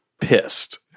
pissed